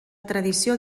tradició